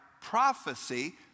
prophecy